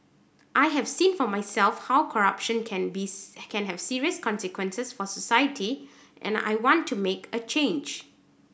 I have seen for myself how corruption can be can have serious consequences for society and I want to make a change